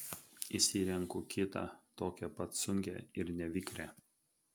išsirenku kitą tokią pat sunkią ir nevikrią